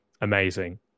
amazing